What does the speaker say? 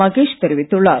மகேஷ் தெரிவித்துள்ளார்